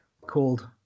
called